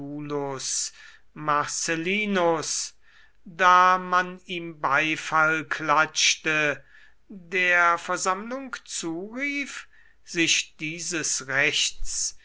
marcellinus da man ihm beifall klatschte der versammlung zurief sich dieses rechts